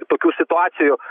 tokių situacijų